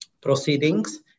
proceedings